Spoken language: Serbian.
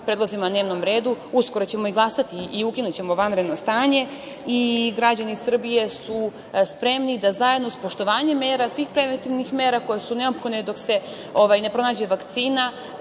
predlozima na dnevnom redu. Uskoro ćemo i glasati i ukinućemo vanredno stanje. I građani Srbije su spremni da zajedno, uz poštovanje mera, svih preventivnih mera koje su neophodne dok se ne pronađe vakcina,